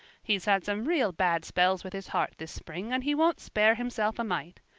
he's had some real bad spells with his heart this spring and he won't spare himself a mite.